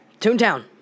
Toontown